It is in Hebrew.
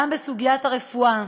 גם בסוגיית הרפואה,